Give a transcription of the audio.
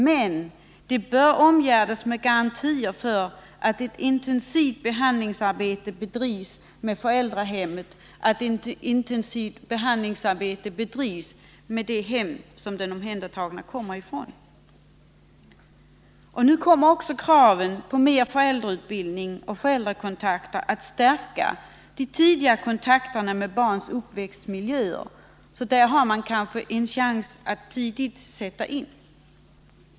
Men de bör omgärdas med garantier för att ett intensivt behandlingsarbete bedrivs med det hem som den omhändertagne kommer ifrån. Nu kommer också kraven på mer föräldrautbildning och föräldrakontakt att stärka de tidigare kontakterna med barns uppväxtmiljö. Där har man kanske en chans att tidigt sätta in hjälpåtgärder.